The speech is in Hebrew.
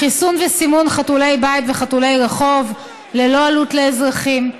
חיסון וסימון חתולי בית וחתולי רחוב ללא עלות לאזרחים,